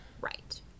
right